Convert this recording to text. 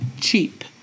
cheap